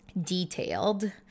detailed